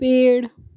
पेड़